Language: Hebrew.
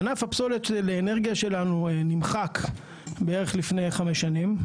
ענף הפסולת לאנרגיה שלנו נמחק בערך לפני חמש שנים.